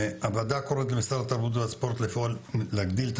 הוועדה קוראת למשרד התרבות והספורט לפעול להגדיל את